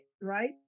right